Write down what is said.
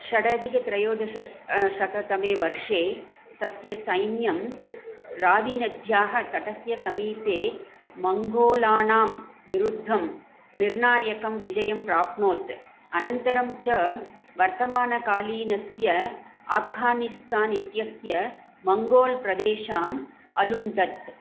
षडधिकत्रयोदशे शततमे वर्षे तस्य सैन्यं रावीनद्याः तटस्य समीपे मङ्गोळानां विरुद्धं निर्णायकं विजयं प्राप्नोत् अनन्तरं च वर्तमानकालीनस्य आफ्घानिस्तान् इत्यस्य मङ्गोळ् प्रदेशान् अलुण्ठत्